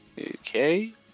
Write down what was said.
Okay